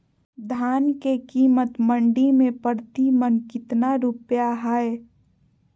धान के कीमत मंडी में प्रति मन कितना रुपया हाय?